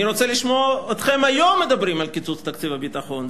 אני רוצה לשמוע אתכם היום מדברים על קיצוץ תקציב הביטחון.